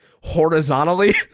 horizontally